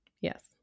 Yes